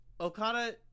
Okada